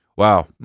Wow